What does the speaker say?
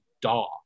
DAW